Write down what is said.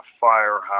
Firehouse